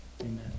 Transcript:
Amen